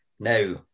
Now